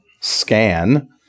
Scan